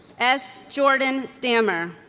s. jordan stammer